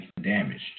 damaged